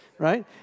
right